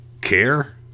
Care